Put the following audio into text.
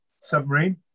submarine